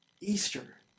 Easter